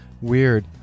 Weird